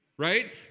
right